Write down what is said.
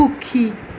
সুখী